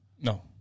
No